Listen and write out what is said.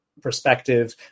perspective